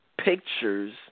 pictures